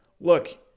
Look